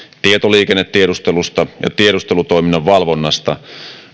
tietoliikennetiedustelusta ja tiedustelutoiminnan valvonnasta